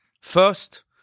First